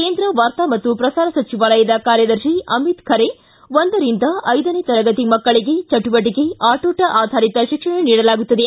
ಕೇಂದ್ರ ವಾರ್ತಾ ಮತ್ತು ಪ್ರಸಾರ ಸಚಿವಾಲಯದ ಕಾರ್ಯದರ್ಶಿ ಅಮಿತ್ ಖರೆ ಒಂದರಿಂದ ಐದನೇ ತರಗತಿ ಮಕ್ಕಳಿಗೆ ಚಟುವಟಿಕೆ ಆಟೋಟ ಆಧಾರಿತ ಶಿಕ್ಷಣ ನೀಡಲಾಗುತ್ತದೆ